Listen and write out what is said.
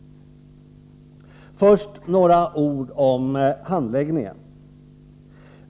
Först några ord om handläggningen.